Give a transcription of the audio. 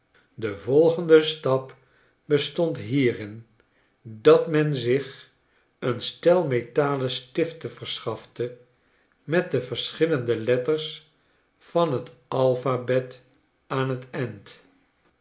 de volgende stap bestond hierin dat men zich een stel metalen stiften verschafte met de verschillende letters van t alphabet aan tend